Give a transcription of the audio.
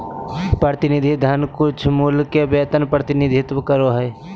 प्रतिनिधि धन कुछमूल्य के वेतन प्रतिनिधित्व करो हइ